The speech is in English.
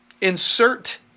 insert